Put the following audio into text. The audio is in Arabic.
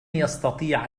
يستطيع